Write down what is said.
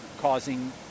causing